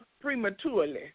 prematurely